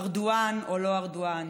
ארדואן או לא ארדואן,